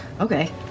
Okay